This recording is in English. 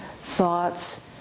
thoughts